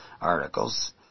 articles